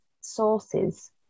sources